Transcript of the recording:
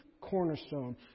cornerstone